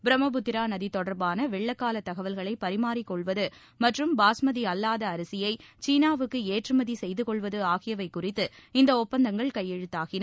பிரம்மபுத்திரா நதி தொடர்பான வெள்ளக்கால தகவல்களை பரிமாறிக் கொள்வது மற்றும் பாஸ்மதி அல்லாத அரிசியை சீனாவுக்கு ஏற்றுமதி செய்துகொள்வது ஆகியவை குறித்து இந்த ஒப்பந்தங்கள் கையெழுத்தாகின